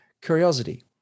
curiosity